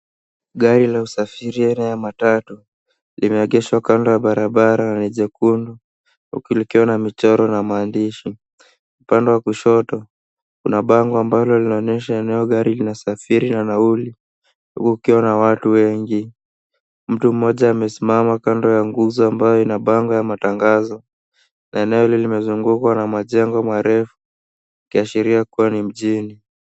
Gari la usafiri aina ya matatu, limeegeshwa kando ya barabara na jekundu, huku likiwa na michoro na maandishi. Upande wa kushoto, kuna bango ambalo linaonyesha eneo gari linasafiri na nauli, huku kukiwa na watu wengi. Mtu mmoja amesimama kando ya nguzo ambayo ina bango ya matangazo na eneo hili limezungukwa na majengo marefu, ikiashiria kuwa ni mjini.